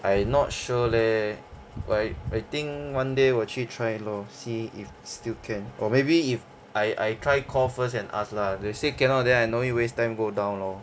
I not sure leh like I think one day 我去 try lor see if still can or maybe if I I try call first and ask lah they say cannot then I no need waste time go down lor